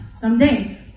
someday